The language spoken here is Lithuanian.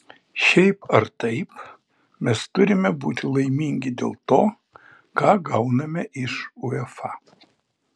šiaip ar taip mes turime būti laimingi dėl to ką gauname iš uefa